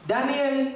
Daniel